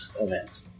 event